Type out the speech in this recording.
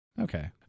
Okay